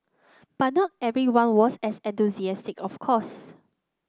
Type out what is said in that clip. but not everyone was as enthusiastic of course